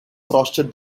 frosted